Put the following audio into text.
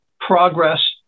progress